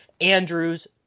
Andrews